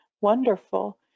Wonderful